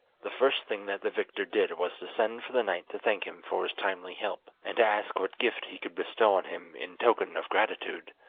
the first thing that the victor did was to send for the knight to thank him for his timely help, and to ask what gift he could bestow on him in token of gratitude.